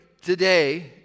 today